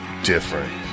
different